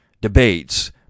debates